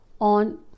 on